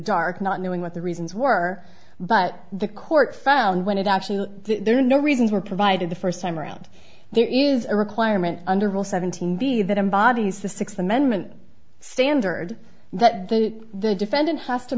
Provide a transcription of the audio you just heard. dark not knowing what the reasons were but the court found when it actually there were no reasons were provided the first time around there is a requirement under rule seventeen be that embodies the sixth amendment standard that the defendant has to